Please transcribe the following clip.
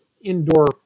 indoor